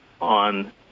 on